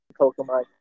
Pokemon